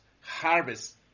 harvest